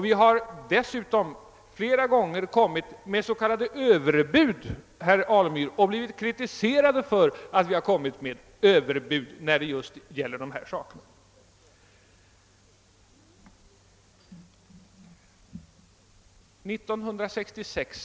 Vi har dessutom flera gånger kommit med vad man kallat överbud, herr Alemyr, och blivit kritiserade för att vi kommit med överbud när det gällt just dessa anslag.